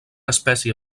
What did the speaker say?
espècie